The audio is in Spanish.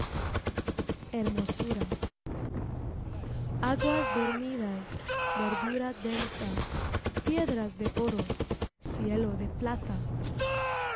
hekmosuea aguas dormidas verdura densa piedras de oro cielo de plata